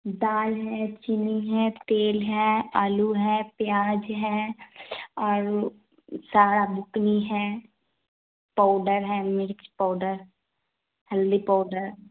دال ہے چینی ہے تیل ہے آلو ہے پیاز ہے اور سارا بکنی ہے پاوڈر ہے مرچ پاوڈر ہلدی پاوڈر